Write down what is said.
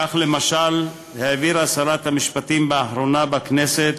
כך, למשל, העבירה שרת המשפטים באחרונה בכנסת